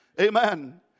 Amen